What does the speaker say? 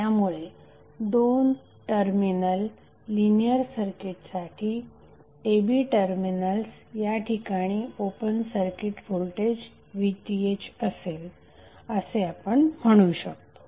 त्यामुळे दोन terminal linear सर्किटसाठी a b टर्मिनल्स या ठिकाणी ओपन सर्किट व्होल्टेज VThअसेल असे आपण म्हणू शकतो